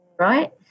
right